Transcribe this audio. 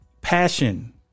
Passion